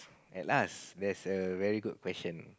at last there's a very good question